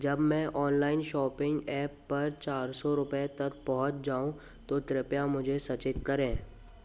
जब मैं online shopping app पर चार सौ रुपये तक पहुँच जाऊँ तो कृपया मुझे सचेत करें